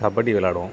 கபடி விளையாடுவோம்